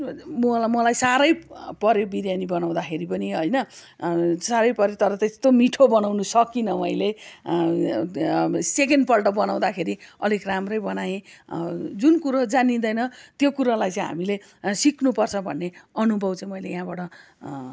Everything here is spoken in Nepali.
मलाई मलाई साह्रै पऱ्यो बिरयानी बनाउँदाखेरि पनि होइन साह्रै पऱ्यो तर त्यस्तो मिठो बनाउनु सकिनँ मैले सेकेन्डपल्ट बनाउँदाखेरि अलिक राम्रै बनाएँ जुन कुरो जानिँदैन त्यो कुरोलाई चाहिँ हामीले सिक्नुपर्छ भन्ने अनुभव चाहिँ मैले यहाँबाट